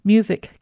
Music